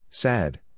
Sad